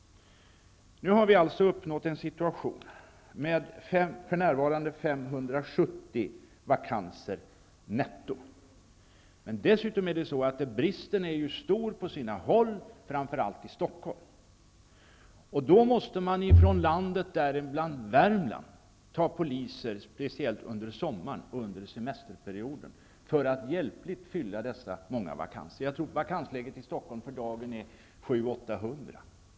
Nu har vi alltså uppnått en situation med för närvarande 570 vakanser netto. Dessutom är bristen stor på sina håll, framför allt i Stockholm. Därför måste man från landsorten, däribland Värmland, ta poliser speciellt under sommaren, under semesterperioden, för att hjälpligt fylla dessa många vakanser. Jag tror att det i Stockholm i dag är 700--800 vakanser.